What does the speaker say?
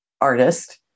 artist